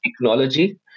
technology